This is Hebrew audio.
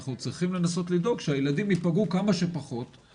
אנחנו צריכים לנסות לדאוג שהילדים יפגעו כמה שפחות,